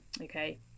okay